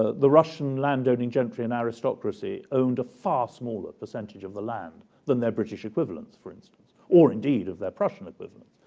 ah the russian landowning gentry and aristocracy owned a far smaller percentage of the land than their british equivalents, for instance, or indeed of their prussian equivalents.